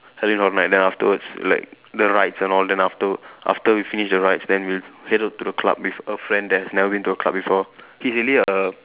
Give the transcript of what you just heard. at least from like there afterwards like the rides and all then after after we finish the rides then we'll head on to the club with a friend that has never been to a club before he's really a